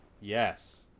Yes